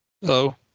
Hello